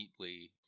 neatly